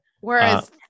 whereas